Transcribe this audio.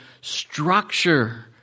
structure